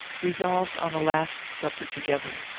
resolved on a last sapper together.